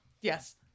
Yes